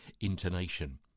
intonation